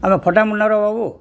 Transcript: ଆମ ଫଟାମୁଣ୍ଡାର ବାବୁ